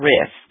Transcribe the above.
risk